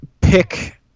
pick